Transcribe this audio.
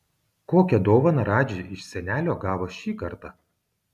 kokią dovaną radži iš senelio gavo šį kartą